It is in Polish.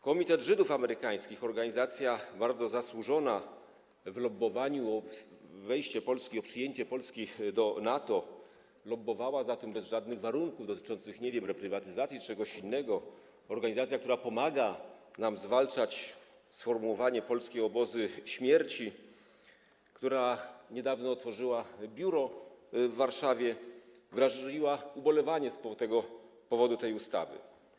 Komitet Żydów Amerykańskich, organizacja bardzo zasłużona w lobbowaniu na rzecz wejścia Polski, przyjęcia Polski do NATO - lobbowała za tym bez żadnych warunków dotyczących, nie wiem, reprywatyzacji czy czegoś innego - organizacja, która pomaga nam zwalczać używanie sformułowania polskie obozy śmierci, która niedawno otworzyła biuro w Warszawie, wyraził ubolewanie z powodu tej ustawy.